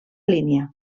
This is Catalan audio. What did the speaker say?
línia